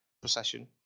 procession